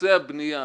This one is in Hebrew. נושא הבנייה.